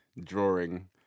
drawing